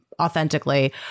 authentically